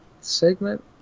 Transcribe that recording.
segment